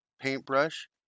paintbrush